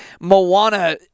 Moana